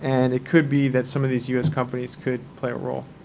and it could be that some of these us companies could play a role.